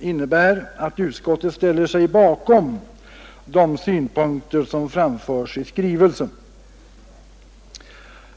innebär att utskottet ställer sig bakom de synpunkter som framförs i skrivelsen.